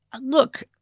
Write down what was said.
look